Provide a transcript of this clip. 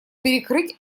перекрыть